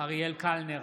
אריאל קלנר,